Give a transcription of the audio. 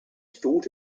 thought